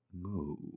move